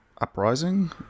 Uprising